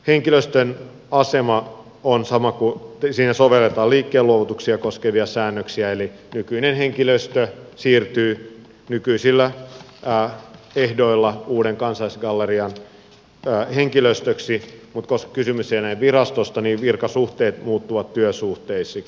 henkilöstön asemassa sovelletaan liikkeen luovutuksia koskevia säännöksiä eli nykyinen henkilöstö siirtyy nykyisillä ehdoilla uuden kansallisgallerian henkilöstöksi mutta koska kysymys ei ole enää virastosta niin virkasuhteet muuttuvat työsuhteiksi